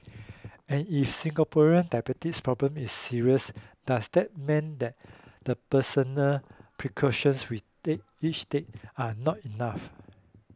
and if Singaporean diabetes problem is serious does that mean that the personal precautions we take each take are not enough